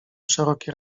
szerokie